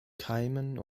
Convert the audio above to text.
keimen